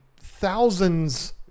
thousands